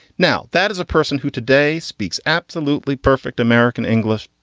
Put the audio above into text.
now, that is a person who today speaks absolutely perfect american english.